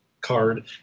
card